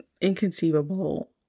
inconceivable